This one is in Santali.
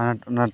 ᱟᱱᱟᱴ ᱟᱱᱟᱴ